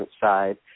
side